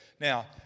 Now